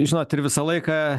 žinot ir visą laiką